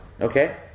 okay